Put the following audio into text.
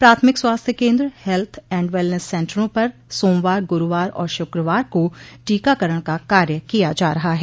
प्राथमिक स्वास्थ्य केन्द्र हेल्थ एण्ड वेलनेस सेंटरों पर सोमवार गुरूवार और शुक्रवार को टीकाकरण का कार्य किया जा रहा है